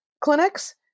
Clinics